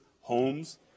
homes